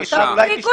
ענייניות.